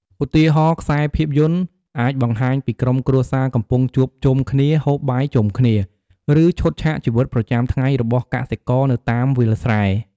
ឧទាហរណ៍ ខ្សែភាពយន្តអាចបង្ហាញពីក្រុមគ្រួសារកំពុងជួបជុំគ្នាហូបបាយជុំគ្នា ឬឈុតឆាកជីវិតប្រចាំថ្ងៃរបស់កសិករនៅតាមវាលស្រែ ។